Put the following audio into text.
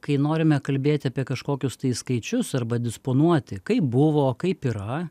kai norime kalbėti apie kažkokius skaičius arba disponuoti kaip buvo kaip yra